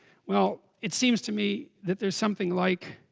well it seems to me that there's something like